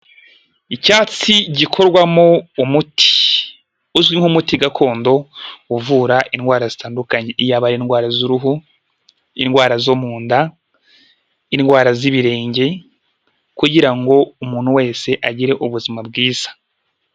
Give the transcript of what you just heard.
Icyatsi gikorwamo umuti uzwi nk'umuti gakondo uvura indwara zitandukanye, yaba ari indwara z'uruhu, indwara zo mu nda, indwara z'ibirenge, kugira ngo umuntu wese agire ubuzima bwiza.